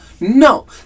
No